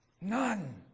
None